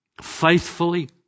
faithfully